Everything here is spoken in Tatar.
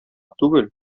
түгел